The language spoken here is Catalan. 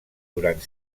durant